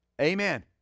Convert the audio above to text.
Amen